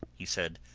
he said,